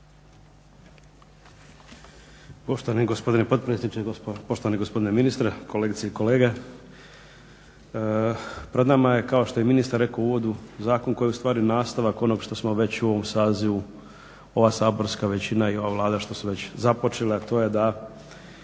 Poštovani gospodine potpredsjedniče, poštovani gospodine ministre, kolegice i kolege. Pred nama je kao što je ministar rekao u uvodu zakon koji je ustvari nastavak onog što smo već u ovom sazivu ova saborska većina i ova Vlada što su već započele, a to je da